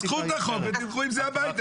אז קחו את החוק ותלכו עם זה הביתה,